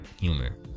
humor